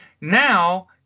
Now